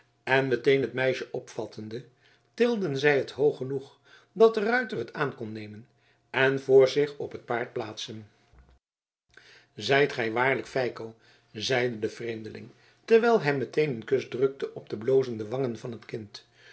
en meteen het meisje opvattende tilden zij het hoog genoeg dat de ruiter het aan kon nemen en voor zich op het paard plaatsen zijt gij waarlijk feiko zeide de vreemdeling terwijl hij meteen een kus drukte op de blozende wangen van het kind